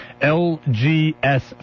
lgs